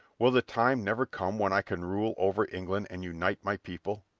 will the time never come when i can rule over england and unite my people?